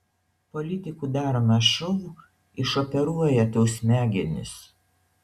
politikų daromas šou išoperuoja tau smegenis